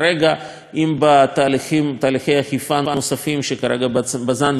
אם בתהליכי אכיפה נוספים שכרגע בז"ן נמצאת בהם,